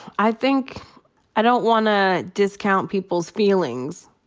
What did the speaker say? i think i don't wanna discount people's feelings,